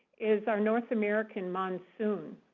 is our north american monsoon.